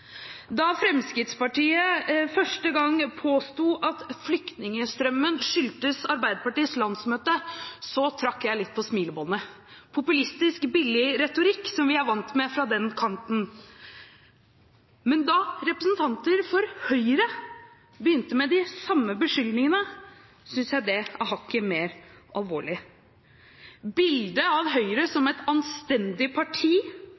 Da Fremskrittspartiet første gang påsto at flyktningstrømmen skyldtes Arbeiderpartiets landsmøte, trakk jeg litt på smilebåndet – populistisk, billig retorikk som vi er vant med fra den kanten. Men da representanter for Høyre begynte med de samme beskyldningene, synes jeg det er hakket mer alvorlig. Bildet av Høyre som et anstendig parti